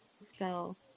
spell